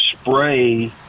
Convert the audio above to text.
spray